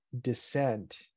descent